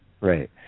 right